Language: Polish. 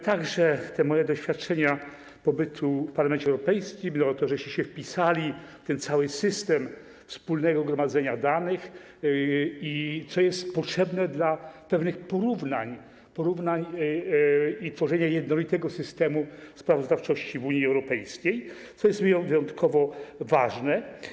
Także te moje doświadczenia z pobytu w Parlamencie Europejskim, to, że się wpisaliście w ten cały system wspólnego gromadzenia danych, co jest potrzebne dla sporządzania pewnych porównań i dla tworzenia jednolitego systemu sprawozdawczości w Unii Europejskiej - to jest wyjątkowo ważne.